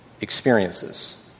experiences